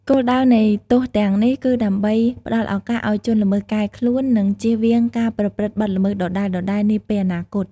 គោលដៅនៃទោសទាំងនេះគឺដើម្បីផ្តល់ឱកាសឲ្យជនល្មើសកែខ្លួន និងជៀសវាងការប្រព្រឹត្តបទល្មើសដដែលៗនាពេលអនាគត។